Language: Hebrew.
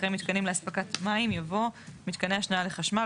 אחרי "מיתקנים להספקת מים" יבוא "מיתקני השנאה לחשמל,